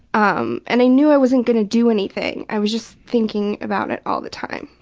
um and i knew i wasn't going to do anything, i was just thinking about it all the time.